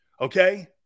okay